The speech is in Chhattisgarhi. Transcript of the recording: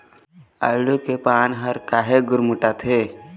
आलू के पान हर काहे गुरमुटाथे?